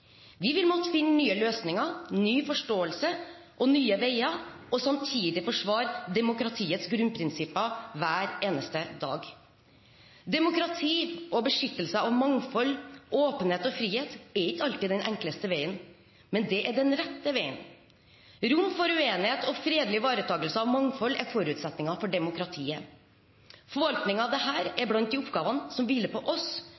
Vi vil måtte finne nye løsninger, ny forståelse og nye veier og samtidig måtte forsvare demokratiets grunnprinsipper hver eneste dag. Demokrati og beskyttelse av mangfold, åpenhet og frihet er ikke alltid den enkleste veien, men det er den rette veien. Rom for uenighet og fredelig ivaretakelse av mangfold er forutsetninger for demokratiet. Forvaltningen av dette er blant de oppgavene som hviler på oss